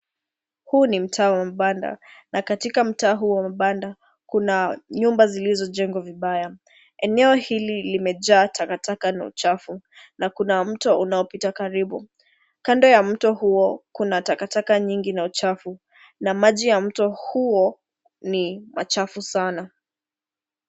Huu ni mtaa wa mabanda na katika mtaa huu wa mabanda kuna nyumba zilizojengwa vibaya. Eneo hili limejaa takataka na uchafu na kuna mto unaopita karibu. Kando ya mto huo kuna takataka nyingi na uchafu na maji ya mto huo ni machafu sana.